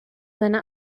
seine